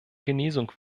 genesung